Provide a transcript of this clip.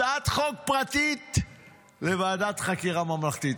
הצעת חוק פרטית לוועדת חקירה ממלכתית,